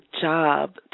job